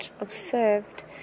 observed